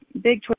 big